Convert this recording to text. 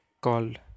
called